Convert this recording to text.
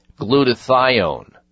glutathione